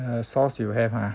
err sauce you have !huh!